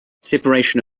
separation